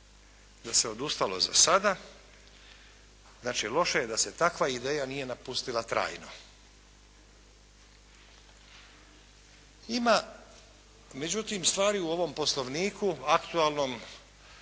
da se odustalo za sada. Znači, loše je da se takva ideja nije napustila trajno. Ima međutim stvari u ovom Poslovniku aktualnom